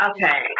Okay